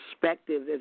perspective